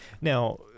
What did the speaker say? now